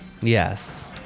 Yes